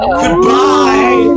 goodbye